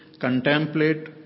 contemplate